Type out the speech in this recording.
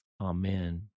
amen